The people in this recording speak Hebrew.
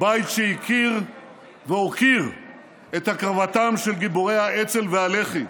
בית שהכיר והוקיר את הקרבתם של גיבורי האצ"ל והלח"י,